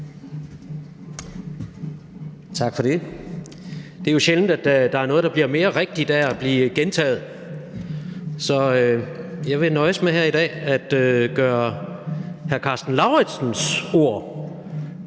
Tak for det. Det er jo sjældent, at der er noget, der bliver mere rigtigt af at blive gentaget, så jeg vil nøjes med her i dag at gøre hr. Karsten Lauritzens ord